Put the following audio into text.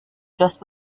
just